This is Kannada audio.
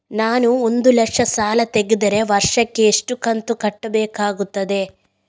ನಾನು ಒಂದು ಲಕ್ಷ ಸಾಲ ತೆಗೆದರೆ ವರ್ಷಕ್ಕೆ ಎಷ್ಟು ಕಂತು ಕಟ್ಟಬೇಕಾಗುತ್ತದೆ?